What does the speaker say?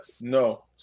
no